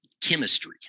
chemistry